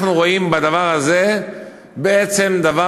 אנחנו רואים בדבר הזה בעצם דבר,